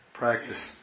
practice